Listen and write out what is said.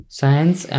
Science